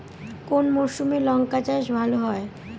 কোন মরশুমে লঙ্কা চাষ ভালো হয়?